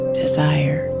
desire